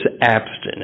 abstinence